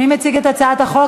מי מציג את הצעת החוק?